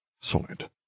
Solid